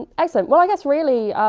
excellent, well i guess really,